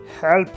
help